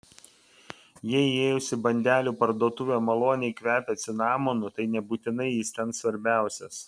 jei įėjus į bandelių parduotuvę maloniai kvepia cinamonu tai nebūtinai jis ten svarbiausias